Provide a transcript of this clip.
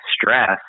stress